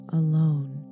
alone